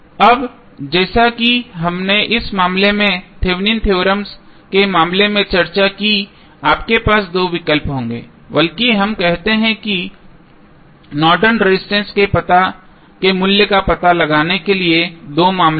अब जैसा कि हमने इस मामले में थेवेनिन थ्योरम Thevenins theorem के मामले में चर्चा की आपके पास भी दो विकल्प होंगे बल्कि हम कहते हैं कि नॉर्टन रेजिस्टेंस Nortons resistance के मूल्य का पता लगाने के लिए दो मामले हैं